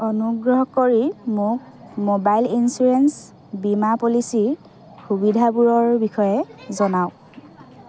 অনুগ্ৰহ কৰি মোক ম'বাইল ইঞ্চিউৰেঞ্চ বীমা পলিচীৰ সুবিধাবোৰৰ বিষয়ে জনাওক